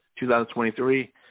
2023